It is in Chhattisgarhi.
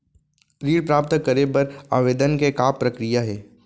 ऋण प्राप्त करे बर आवेदन के का प्रक्रिया हे?